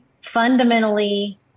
Fundamentally